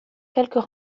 quelques